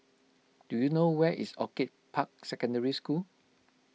do you know where is Orchid Park Secondary School